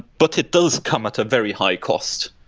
but it does come at a very high cost.